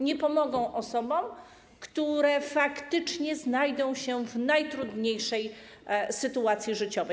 Nie pomogą osobom, które faktycznie znajdą się w najtrudniejszej sytuacji życiowej.